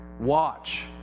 Watch